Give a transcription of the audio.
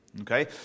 Okay